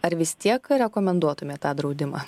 ar vis tiek rekomenduotumėt tą draudimą